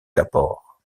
kapoor